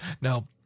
Now